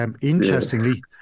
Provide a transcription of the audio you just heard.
interestingly